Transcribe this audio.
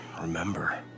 remember